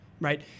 right